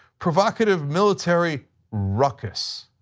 provocative military ruckus.